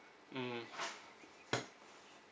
mm